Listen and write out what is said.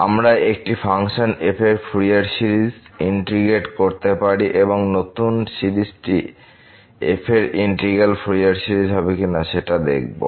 আমরা একটি function f এর ফুরিয়ার সিরিজ ইন্টিগ্রেট করতে পারি এবং নতুন সিরিজটি f এর ইন্টিগ্র্যাল ফুরিয়ার সিরিজ হবে কিনা সেটা দেখবো